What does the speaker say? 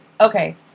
okay